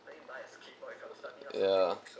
yeah